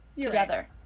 Together